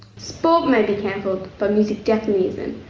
sport may be cancelled, but music definitely isn't.